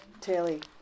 telly